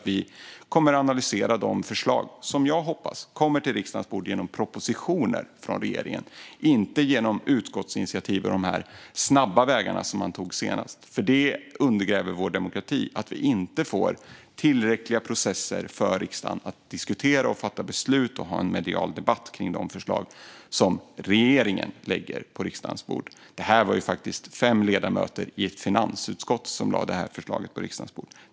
Vi kommer att analysera de förslag som jag hoppas kommer till riksdagens bord genom propositioner från regeringen och inte genom utskottsinitiativ och de snabba vägar som man tog senast. Det undergräver vår garanti om riksdagen inte får tillräckligt bra processer för att kunna diskutera, fatta beslut och ha en medial debatt om de förslag som regeringen lägger på riksdagens bord. Här var det ju fem ledamöter från finansutskottet som lade fram förslaget på riksdagens bord.